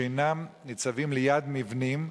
שאינם ניצבים ליד מבנים,